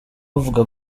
avuga